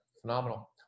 Phenomenal